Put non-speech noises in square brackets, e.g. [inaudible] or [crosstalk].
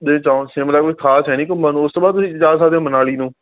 [unintelligible] ਸ਼ਿਮਲਾ ਵੀ ਖਾਸ ਹੈ ਨਹੀਂ ਘੁੰਮਣ ਨੂੰ ਉਸ ਤੋਂ ਬਾਅਦ ਤੁਸੀਂ ਜਾ ਸਕਦੇ ਮਨਾਲੀ ਨੂੰ